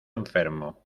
enfermo